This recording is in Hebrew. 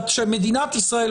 שמדינת ישראל,